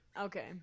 Okay